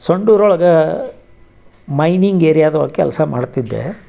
ಸಂಡೂರು ಒಳಗೆ ಮೈನಿಂಗ್ ಏರ್ಯಾದೊಳಗೆ ಕೆಲಸ ಮಾಡ್ತಿದ್ದೆ